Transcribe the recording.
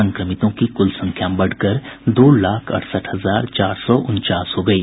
संक्रमितों की कुल संख्या बढ़कर दो लाख अड़सठ हजार चार सौ उनचास हो गयी